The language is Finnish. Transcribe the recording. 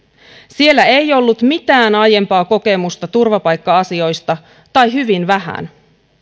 siellä ei ollut mitään aiempaa kokemusta turvapaikka asioista tai hyvin vähän